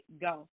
go